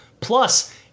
Plus